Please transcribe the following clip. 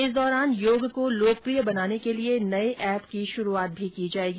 इस दौरान योग को लोकप्रिय बनाने के लिए नए एप की शुरूआत भी की जाएगी